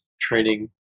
training